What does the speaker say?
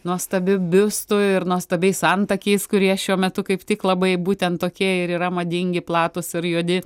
nuostabiu biustu ir nuostabiais antakiais kurie šiuo metu kaip tik labai būtent tokie ir yra madingi platūs ir juodi